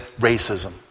racism